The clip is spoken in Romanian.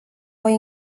voi